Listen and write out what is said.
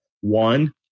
one